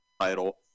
title